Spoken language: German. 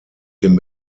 den